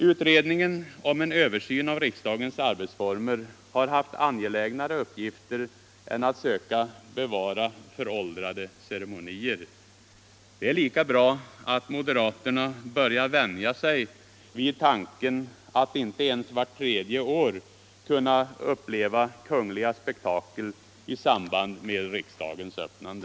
Utredningen om en översyn av riksdagens arbetsformer har haft angelägnare uppgifter än att söka bevara föråldrade ceremonier. Det är lika bra att moderaterna börjar vänja sig vid tanken att inte ens vart tredje år kunna uppleva kungliga spektakel i samband med riksmötets öppnande.